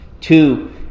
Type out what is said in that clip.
Two